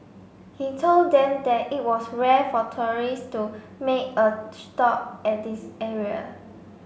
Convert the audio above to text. he told them that it was rare for tourist to make a stop at this area